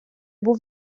був